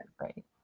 Right